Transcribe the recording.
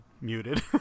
muted